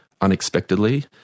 Unexpectedly